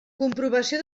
comprovació